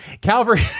Calvary